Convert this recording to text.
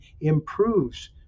improves